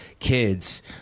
kids